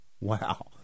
Wow